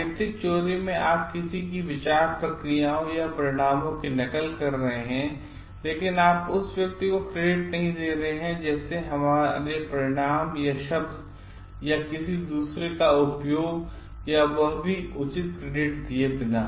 साहित्यिक चोरी में आप किसी की विचार प्रक्रियाओं या परिणामों की नकल कर रहे हैं लेकिन आप उस व्यक्ति को क्रेडिट नहीं दे रहे हैं जैसे हमारे परिणाम या शब्द का किसी दूसरे द्वारा उपयोगऔर वह भी उचित क्रेडिट दिए बिना